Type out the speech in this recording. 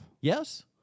Yes